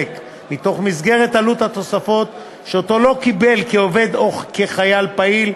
ממסגרת עלות התוספות שלא קיבל כעובד או כחייל פעיל,